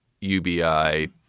UBI